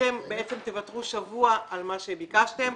אתם בעצם תוותרו שבוע על מה שביקשתם,